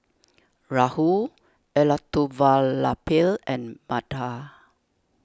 Rahul Elattuvalapil and Medha